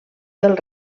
del